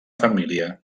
família